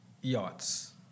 yachts